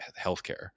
healthcare